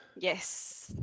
yes